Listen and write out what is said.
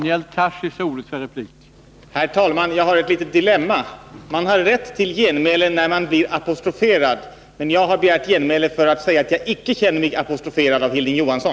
Herr talman! Jag är i ett litet dilemma. Man har rätt till genmäle när man blir apostroferad, men jag har begärt genmäle för att säga att jag icke känner mig apostroferad av Hilding Johansson.